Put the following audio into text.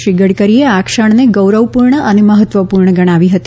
શ્રી ગડકરીએ આ ક્ષણને ગૌરવપૂર્ણ અને મહત્વપૂર્ણ ગણાવી હતી